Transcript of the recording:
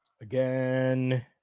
again